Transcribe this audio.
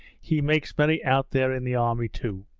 he makes merry out there in the army too!